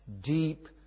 deep